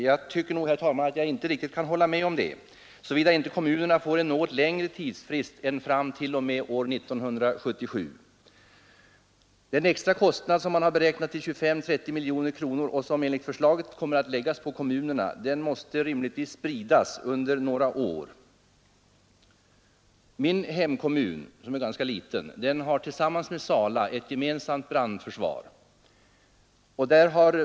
Jag kan inte riktigt hålla med honom om det, såvida inte kommunerna får en längre tidsfrist än t.o.m. 1977. Den extra kostnad — beräknad till 25—30 miljoner — som enligt förslaget kommer att läggas på kommunerna, måste rimligtvis spridas över några år. Min hemkommun, som är ganska liten, och Sala har gemensamt brandförsvar.